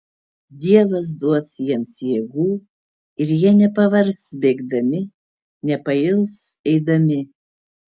dievas duos jiems jėgų ir jie nepavargs bėgdami nepails eidami